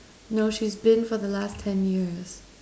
no she's been for the last ten years